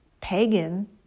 pagan